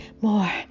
more